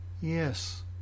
Yes